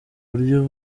buryo